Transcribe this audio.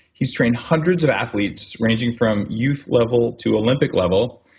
he's trained hundreds of athletes ranging from youth level to olympic level.